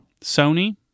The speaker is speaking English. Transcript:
Sony